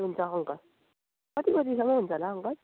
ए हुन्छ अङ्कल कति बजीसम्म हुन्छ होला अङ्कल हजुर